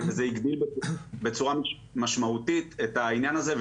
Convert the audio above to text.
וזה הגדיל בצורה משמעותית את העניין הזה.